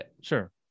sure